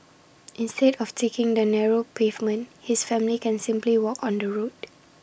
instead of taking the narrow pavement his family can simply walk on the road